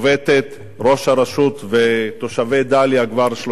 ראש הרשות ותושבי דאליה כבר שלושה שבועות כאן.